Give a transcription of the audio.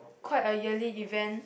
quite a yearly event